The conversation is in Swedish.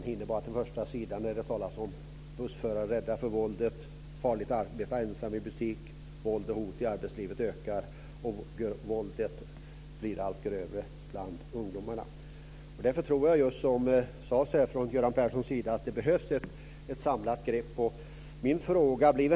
Man hinner bara till första sidan där det talas om att bussförare är rädda för våldet, att det är farligt att arbeta ensam i butik, att våld och hot i arbetslivet ökar och att våldet blir allt grövre bland ungdomarna. Därför tror jag, precis som Göran Persson sade, att det behövs ett samlat grepp.